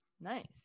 Nice